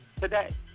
today